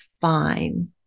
fine